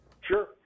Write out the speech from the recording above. Sure